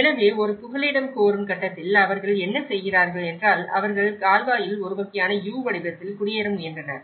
எனவே ஒரு புகலிடம் கோரும் கட்டத்தில் அவர்கள் என்ன செய்கிறார்கள் என்றால் அவர்கள் கால்வாயில் ஒரு வகையான U வடிவத்தில் குடியேற முயன்றனர்